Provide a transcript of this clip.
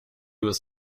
was